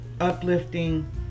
uplifting